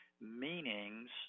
meanings